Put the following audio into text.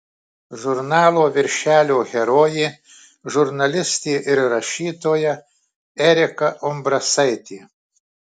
žurnalo viršelio herojė žurnalistė ir rašytoja erika umbrasaitė